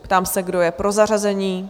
Ptám se, kdo je pro zařazení?